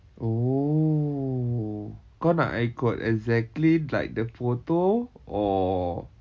oh kau nak ikut exactly like the photo or